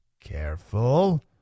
careful